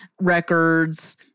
records